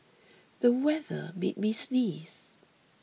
the weather made me sneeze